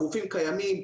הגופים קיימים.